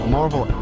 Marvel